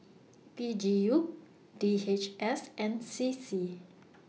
P G U D H S and C C